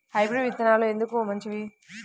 Hybrid విత్తనాలు ఎందుకు మంచిది?